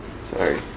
Sorry